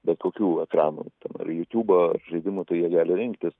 bet kokių ekranų ten ar jutiūbo ar žaidimų tai jei gali rinktis